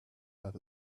out